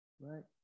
Right